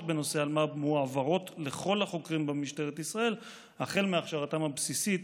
מועברות לכל החוקרים במשטרת ישראל החל מהכשרתם הבסיסית